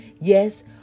Yes